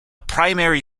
primary